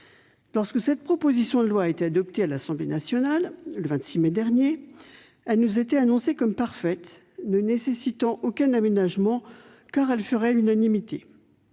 Lorsque cette proposition de loi a été adoptée par l'Assemblée nationale, le 26 mai dernier, elle nous était annoncée comme parfaite, ne nécessitant aucun aménagement, car elle ferait l'unanimité.